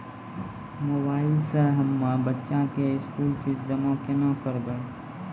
Mobile से हम्मय बच्चा के स्कूल फीस जमा केना करबै?